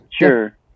Sure